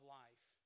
life